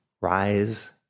rise